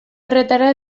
horretara